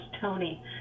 Tony